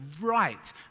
right